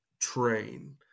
train